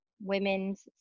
women's